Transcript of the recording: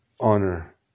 honor